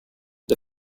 the